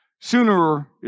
sooner